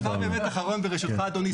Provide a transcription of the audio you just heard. דבר באמת אחרון ברשותך אדוני.